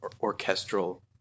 orchestral